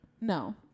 No